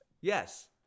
yes